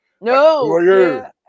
No